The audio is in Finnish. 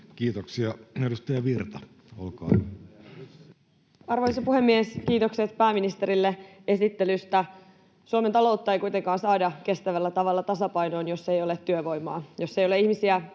Kiitoksia. — Edustaja Virta, olkaa hyvä. Arvoisa puhemies! Kiitokset pääministerille esittelystä. Suomen taloutta ei kuitenkaan saada kestävällä tavalla tasapainoon, jos ei ole työvoimaa, jos ei ole ihmisiä